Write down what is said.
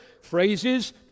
phrases